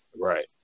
Right